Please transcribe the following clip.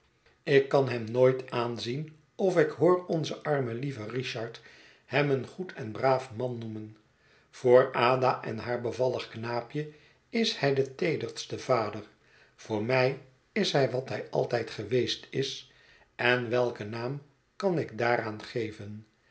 ik kan hem nooit aanzien of ik hoor onzen armen lieven richard hem een goed en braaf man noemen voor ada en haar bevallig knaapje is hij de teederste vader voor mij is hij wat hij altijd geweest is en welken naam kan ik daaraan geven